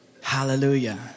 Hallelujah